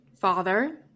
Father